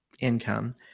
income